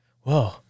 whoa